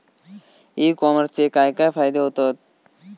E कॉमर्सचे काय काय फायदे होतत?